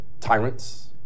tyrants